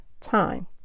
time